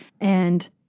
and-